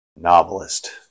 novelist